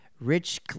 rich